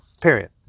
Period